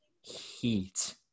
heat